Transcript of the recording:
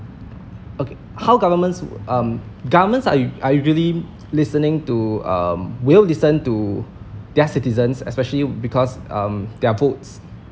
okay how governments um governments are u~ usually listening to um will listen to their citizens especially because um their votes